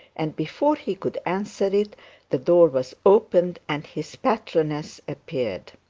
and before he could answer it the door was opened, and his patroness appeared.